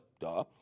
duh